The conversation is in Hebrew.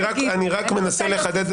אני רק מנסה לחדד.